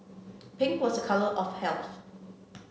pink was a colour of health